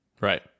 Right